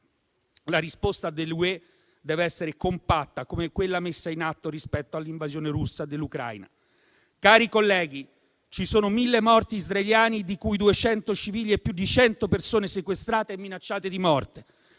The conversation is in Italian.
La risposta dell'Unione europea deve essere compatta, come quella messa in atto rispetto all'invasione russa dell'Ucraina. Cari colleghi, ci sono mille morti israeliani, di cui 200 civili e più di 100 persone sequestrate e minacciate di morte: